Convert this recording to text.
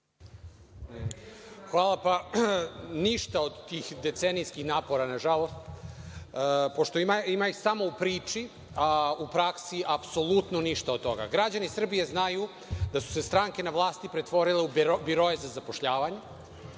Hvala. Ništa od tih decenijskih napora, nažalost, pošto ih ima samo u priči, a u praksi apsolutno ništa od toga. Građani Srbije znaju da su se stranke na vlasti pretvorile u biroe za zapošljavanje,